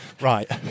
right